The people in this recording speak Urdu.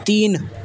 تین